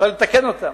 אפשר יהיה לתקן אותם.